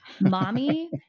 mommy